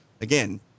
again